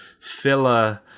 filler